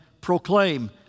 proclaim